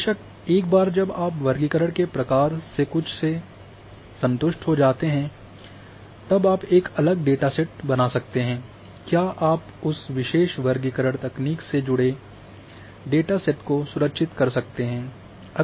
बेशक एक बार जब आप वर्गीकरण के प्रकार से कुछ से संतुष्ट हो जाते हैं तब आप एक अलग डेटासेट बना सकते हैं या आप उस विशेष वर्गीकरण तकनीक से जुड़े डेटासेट को सुरक्षित कर सकते हैं